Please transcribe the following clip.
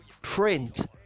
print